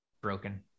broken